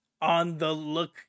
on-the-look